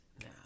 now